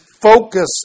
focus